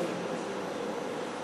בסדר-היום